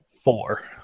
Four